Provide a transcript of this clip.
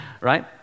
right